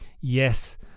yes